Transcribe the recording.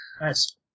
Nice